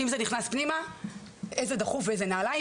שאם זה נכנס פנימה איזה דחוף ואיזה נעליים,